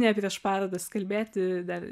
ne prieš parodas kalbėti dar